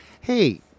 Hey